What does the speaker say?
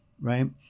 right